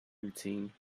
routine